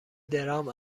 درام